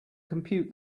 compute